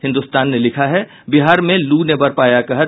हिन्दुस्तान ने लिखा है बिहार में लू ने बरपाया कहर